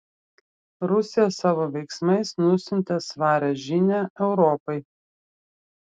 rusija savo veiksmais nusiuntė svarią žinią europai